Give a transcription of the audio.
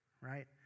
right